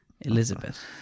Elizabeth